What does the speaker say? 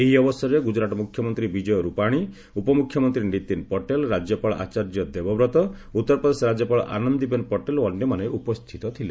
ଏହି ଅବସରରେ ଗୁଜରାଟ ମୁଖ୍ୟମନ୍ତ୍ରୀ ବିଜୟ ରୂପାଣି ଉପମୁଖ୍ୟମନ୍ତ୍ରୀ ନୀତିନ ପଟେଲ ରାଜ୍ୟପାଳ ଆଚାର୍ଯ୍ୟ ଦେବବ୍ରତ ଉତ୍ତପ୍ରଦେଶ ରାଜ୍ୟପାଳ ଆନନ୍ଦିବେନ ପଟେଲ ଓ ଅନ୍ୟମାନେ ଉପସ୍ଥିତ ଥିଲେ